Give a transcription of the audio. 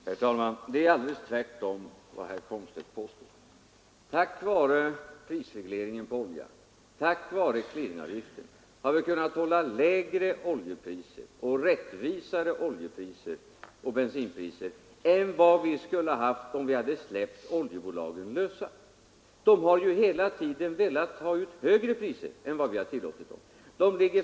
Herr talman! Det är alldeles tvärtemot vad herr Komstedt påstår. Tack vare prisregleringen på olja och tack vare clearingavgiften har vi kunnat hålla lägre och rättvisare priser på olja och bensin än vad vi skulle haft, om vi hade släppt oljebolagen lösa. De har ju hela tiden velat ta ut högre priser än vad vi har tillåtit.